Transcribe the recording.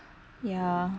ya